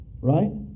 Right